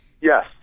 Yes